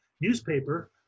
newspaper